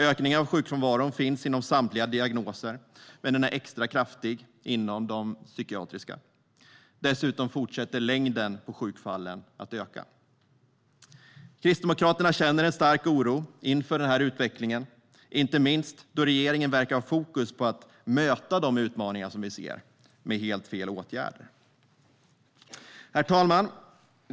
Ökningen av sjukfrånvaron finns inom samtliga diagnoser, men den är extra kraftig inom de psykiatriska. Dessutom fortsätter längden på sjukfallen att öka. Kristdemokraterna känner en stark oro inför den här utvecklingen, inte minst då regeringen verkar ha fokus på att möta de utmaningar vi ser med helt fel åtgärder. Herr talman!